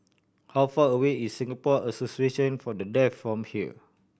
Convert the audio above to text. how far away is Singapore Association For The Deaf from here